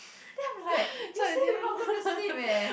then I'm like you say you not going to sleep leh